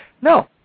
No